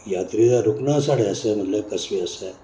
जात्तरी दा रुकना साढ़े आस्तै मतलब कस्बै आस्तै